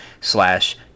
slash